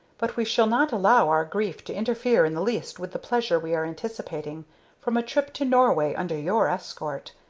but we shall not allow our grief to interfere in the least with the pleasure we are anticipating from a trip to norway under your escort.